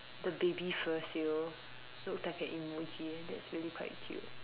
the baby for sale looks like an emoji that's really quite cute